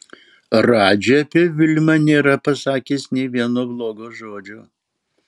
radži apie vilmą nėra pasakęs nė vieno blogo žodžio